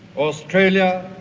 australia,